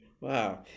Wow